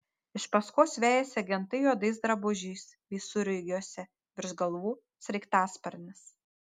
iš paskos vejasi agentai juodais drabužiais visureigiuose virš galvų sraigtasparnis